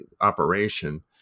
operation